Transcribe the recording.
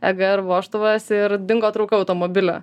egr vožtuvas ir dingo trauka automobilio